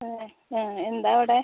ആ ആ എന്താണ് അവിടെ